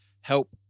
help